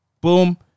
Boom